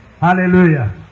Hallelujah